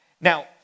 Now